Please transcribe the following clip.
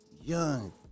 young